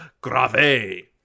Grave